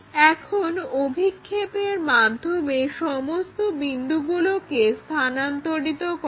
এখন অভিক্ষেপের মাধ্যমে সমস্ত বিন্দুগুলোকে স্থানান্তরিত করো